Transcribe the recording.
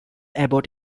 about